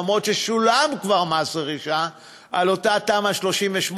אף ששולם כבר מס רכישה על אותה תמ"א 38,